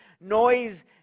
noise